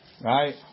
Right